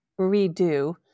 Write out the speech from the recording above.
redo